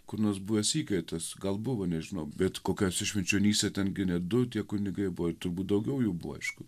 kur nors buvęs įkaitas gal buvo nežinau bet kokiuose švenčionyse ten gi ne du tie kunigai buvo turbūt daugiau jų buvo aišku